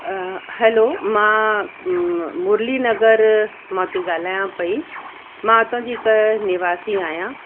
हलो मां मुरली नगर मां थी ॻाल्हायां पेई मां हितां जी हिकु निवासी आहियां